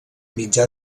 mitjà